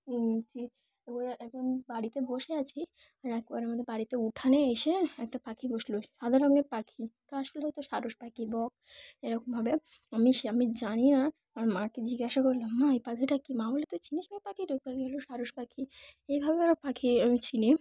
একবার এখন বাড়িতে বসে আছি আর একবার আমাদের বাড়িতে উঠানে এসে একটা পাখি বসলো সাদা রঙের পাখি আসলে হয় তো সারস পাখি বক এরকমভাবে আমি সে আমি জানি না আমার মাকে জিজ্ঞাসা করলাম মা এই পাখিটা কী মা হলে তো চিনিস নাই পাখিটা ওই পাখি হলো সারস পাখি এইভাবে আরো পাখি আমি ছিনি